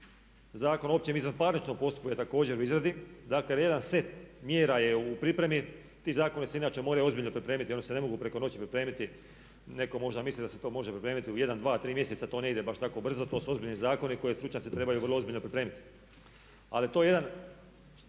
Zakon o općem izvanparničnom postupku je također u izradi. Dakle, jedan set mjera je u pripremi. Ti zakoni se inače moraju ozbiljno pripremiti, oni se ne mogu preko noći pripremiti. Netko možda misli da se to može pripremiti u 1, 2, 3 mjeseca. To ne ide baš tako brzo, to su ozbiljni zakoni koje stručnjaci trebaju vrlo ozbiljno pripremiti. Ali to je samo